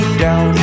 down